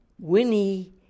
Winnie